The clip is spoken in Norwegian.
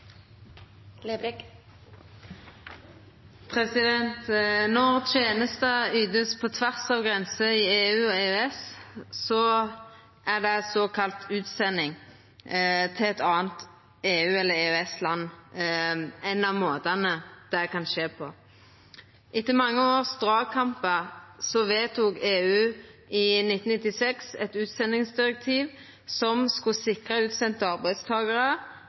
Når tenester vert ytte på tvers av grenser i EU og EØS, er såkalla utsending til eit anna EU- eller EØS-land ein av måtane det kan skje på. Etter mange års dragkampar vedtok EU i 1996 eit utsendingsdirektiv som skulle sikra utsende arbeidstakarar